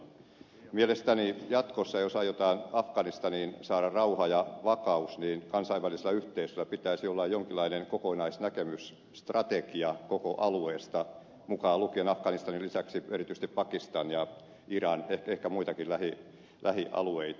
mielestäni jatkossa jos aiotaan afganistaniin saada rauha ja vakaus kansainvälisellä yhteisöllä pitäisi olla jonkinlainen kokonaisnäkemys strategia koko alueelle mukaan lukien afganistanin lisäksi erityisesti pakistan ja iran ehkä muitakin lähialueita